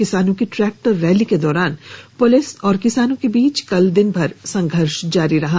किसानों की tractor rally के दौरान पुलिस और किसानों के बीच ं कल दिन भर संघर्ष जारी रहा